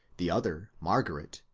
the other, margaret,